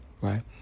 Right